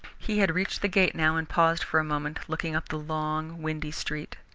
he had reached the gate now and paused for a moment, looking up the long, windy street.